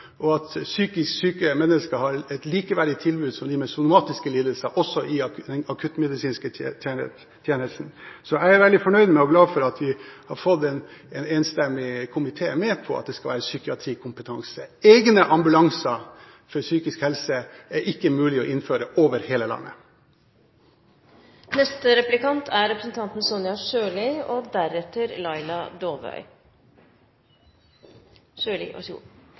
og at psykisk syke mennesker skal ha et tilbud som er likeverdig med det de med somatiske lidelser har, også i den akuttmedisinske tjenesten. Jeg er veldig fornøyd med og glad for at vi har fått en enstemmig komité med på at det skal være psykiatrikompetanse. Egne ambulanser for psykisk helse er ikke mulig å innføre over hele landet. Den sterke veksten i private helseforsikringer de senere årene er et resultat av økende helsekøer og